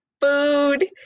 food